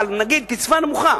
נגיד קצבה נמוכה,